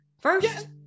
first